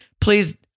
please